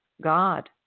God